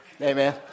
Amen